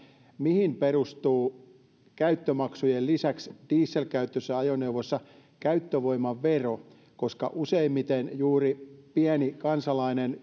mihin perustuu käyttömaksujen lisäksi diesel käyttöisessä ajoneuvossa käyttövoimavero koska useimmiten juuri pieni kansalainen